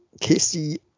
Casey